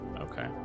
Okay